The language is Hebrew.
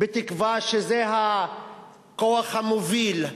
בתקווה שזה הכוח המוביל,